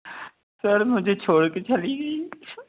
sir मुझे छोड़ के चली गई